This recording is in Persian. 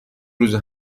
روزه